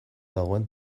dagoen